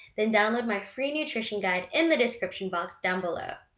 then download my free nutrition guide in the description box down below.